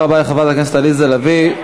תודה רבה לחברת הכנסת עליזה לביא.